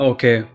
Okay